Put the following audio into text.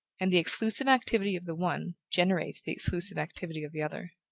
and the exclusive activity of the one, generates the exclusive activity of the other.